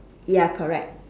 ya correct